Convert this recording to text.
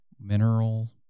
mineral